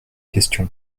question